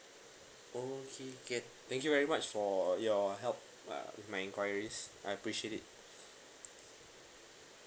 okay can thank you very much for your help uh with my enquiries I appreciate it